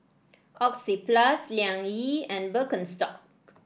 Oxyplus Liang Yi and Birkenstock